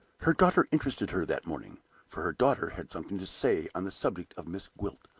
her daughter interested her that morning for her daughter had something to say on the subject of miss gwilt.